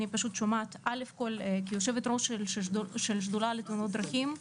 כיושבת-ראש השדולה לתאונות דרכים,